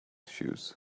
shoes